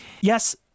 Yes